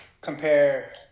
compare